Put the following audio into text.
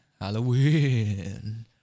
Halloween